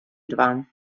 dwaan